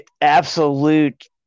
absolute